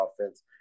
offense